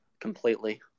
completely